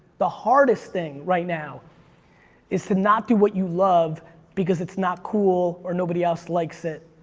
the hardest thing right now is to not do what you love because it's not cool, or nobody else likes it,